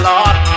Lord